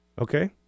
Okay